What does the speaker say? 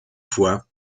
fois